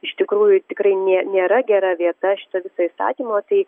iš tikrųjų tikrai nė nėra gera vieta šito viso įstatymo tai